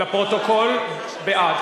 לפרוטוקול, בעד.